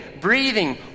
breathing